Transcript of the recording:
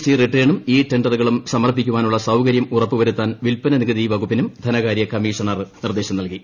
T റിട്ടേണും e ടെൻഡറുകളും സമർപ്പിക്കാനുള്ള സ്റ്കര്യം ഉറപ്പു വരുത്താൻ വിൽപ്പന നികുതി വകുപ്പിനുറ്ട് ധിൻകാര്യകമ്മീഷണർ നിർദ്ദേശം നൽകി